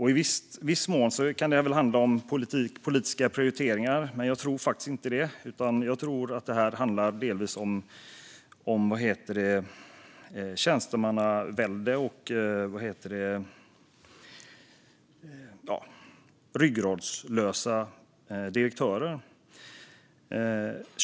I viss mån kan det handla om politiska prioriteringar, men jag tror inte att det gör det här. Jag tror att det delvis handlar om ett tjänstemannavälde och om ryggradslösa direktörer.